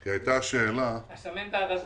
כי היתה שאלה --- השמן והרזה.